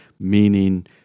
Meaning